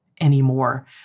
anymore